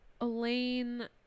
Elaine